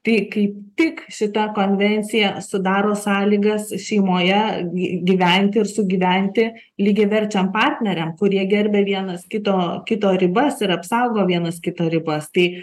tai kaip tik šita konvencija sudaro sąlygas šeimoje gi gyventi ir sugyventi lygiaverčiam partneriam kurie gerbia vienas kito kito ribas ir apsaugo vienas kito ribas tai